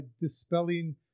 dispelling